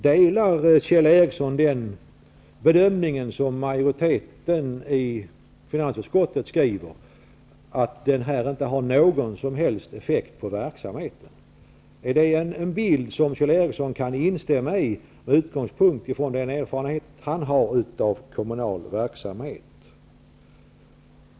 Delar Kjell Ericsson den bedömning som majoriteten i finansutskottet gör, nämligen att denna indragning inte har någon som helst effekt på verksamheten? Är det en beskrivning som Kjell Ericsson kan instämma i med utgångspunkt i den erfarenhet han har av kommunal verksamhet.